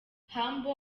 humble